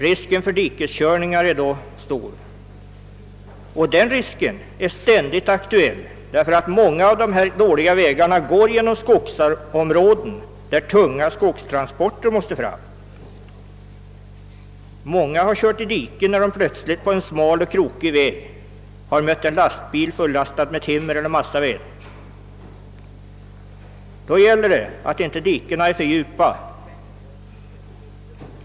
Risken för dikeskörningar blir då stor, och den risken är ständigt aktuell därför att många av de här dåliga vägarna löper genom skogsområden, där tunga skogstransporter går fram. Många har kört i diket när de plötsligt på en smal och krokig väg har mött en lastbil, fullastad med timmer eller massaved. Då gäller det att inte dikena är för djupa.